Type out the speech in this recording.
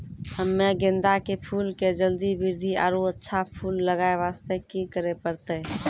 हम्मे गेंदा के फूल के जल्दी बृद्धि आरु अच्छा फूल लगय वास्ते की करे परतै?